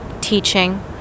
teaching